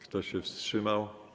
Kto się wstrzymał?